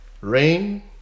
rain